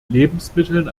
lebensmitteln